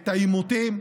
את העימותים.